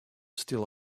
still